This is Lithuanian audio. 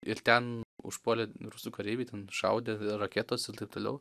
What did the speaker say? ir ten užpuolė rusų kareiviai ten šaudė raketos ir taip toliau